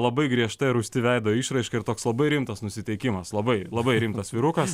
labai griežta ir rūsti veido išraiška ir toks labai rimtas nusiteikimas labai labai rimtas vyrukas